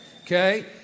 Okay